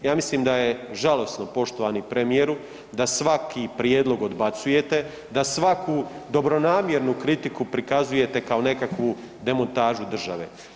Ja mislim da je žalosno poštovani premijeru da svaki prijedlog odbacujete, da svaku dobronamjernu kritiku prikazujete kao nekakvu demontažu države.